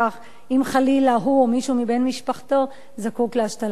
אם חלילה הוא או מישהו מבני משפחתו זקוק להשתלת איברים.